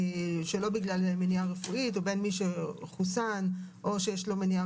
שלא בגלל מניעה רפואית ובין מי שחוסן או שיש לו מניעה